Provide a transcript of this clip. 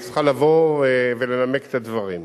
היא צריכה לבוא ולנמק את הדברים.